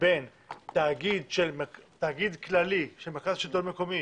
בין תאגיד כללי של מרכז שלטון מקומי,